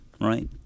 right